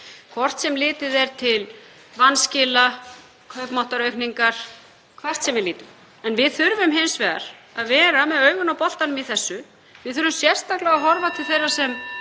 hvort sem litið er til vanskila, kaupmáttaraukningar, hvert sem við lítum. En við þurfum hins vegar að vera með augun á boltanum í þessu. Við þurfum sérstaklega að horfa til þeirra sem